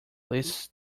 lists